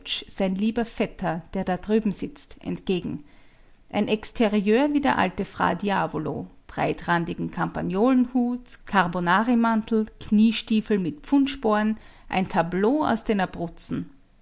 sein lieber vetter der da drüben sitzt entgegen ein exterieur wie der alte fra diavolo breitrandigen campagnolenhut carbonarimantel kniestiefel mit pfundsporen ein tableau aus den abruzzen